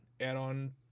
add-on